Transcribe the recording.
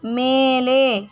மேலே